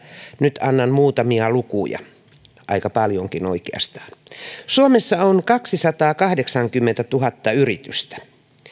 nyt annan muutamia lukuja aika paljonkin oikeastaan suomessa on kaksisataakahdeksankymmentätuhatta yritystä